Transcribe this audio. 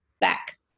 back